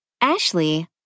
Ashley